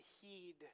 heed